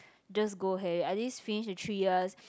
just go ahead at least finish the three years